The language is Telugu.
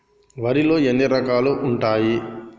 వరిలో ఎన్ని రకాలు ఉంటాయి?